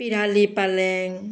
পিৰালি পালেং